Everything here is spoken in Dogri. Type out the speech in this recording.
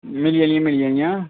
मिली जानियां मिली जानियां